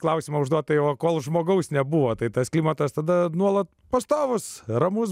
klausimą užduoti tai o kol žmogaus nebuvo tai tas klimatas tada nuolat pastovus ramus